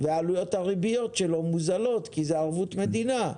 ועלויות הריביות שלהן מוזלות כי זה ערבות מדינה.